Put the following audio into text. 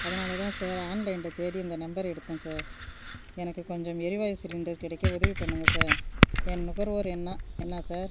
அதனால் தான் சார் ஆன்லைனில் தேடி இந்த நெம்பரை எடுத்தோம் சார் எனக்கு கொஞ்சம் எரிவாயு சிலிண்டர் கிடைக்க உதவி பண்ணுங்கள் சார் என் நுகர்வோர் எண்ணா என்னா சார்